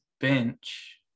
bench –